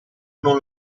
non